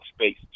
space